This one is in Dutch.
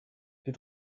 dit